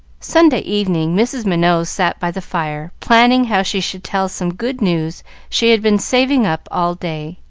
sunday evening mrs. minot sat by the fire, planning how she should tell some good news she had been saving up all day.